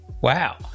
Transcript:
Wow